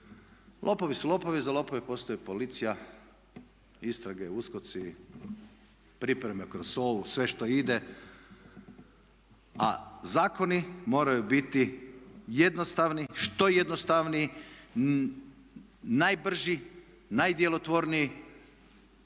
Lopovi su lopovi, za lopove postoji policija, istrage, USKOK-ci, pripreme kroz SOA-u, sve što ide. A zakoni moraju biti jednostavni, što jednostavniji, najbrži, najdjelotvorniji.